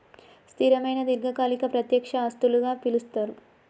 స్థిరమైన దీర్ఘకాలిక ప్రత్యక్ష ఆస్తులుగా పిలుస్తరు